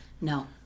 No